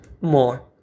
more